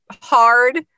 hard